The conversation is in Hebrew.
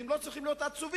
הם לא צריכים להיות עצובים.